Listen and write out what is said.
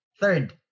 Third